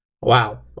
Wow